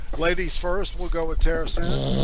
ladies first we'll go with terra synn